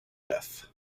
death